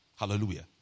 Hallelujah